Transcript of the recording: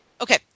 Okay